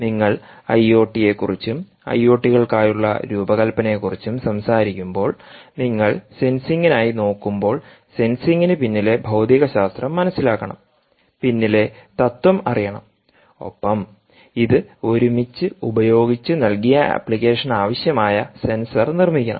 നിങ്ങൾ ഐഒടിയെക്കുറിച്ചും ഐഒടികൾക്കായുള്ള രൂപകൽപ്പനയെക്കുറിച്ചും സംസാരിക്കുമ്പോൾ നിങ്ങൾ സെൻസിംഗിനായി നോക്കുമ്പോൾ സെൻസിംഗിന് പിന്നിലെ ഭൌതികശാസ്ത്രം മനസ്സിലാക്കണം പിന്നിലെ തത്വം അറിയണം ഒപ്പം ഇത് ഒരുമിച്ച് ഉപയോഗിച്ച് നൽകിയ അപ്ലിക്കേഷന്ആവശ്യമായ സെൻസർ നിർമ്മിക്കണം